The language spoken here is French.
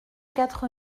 quatre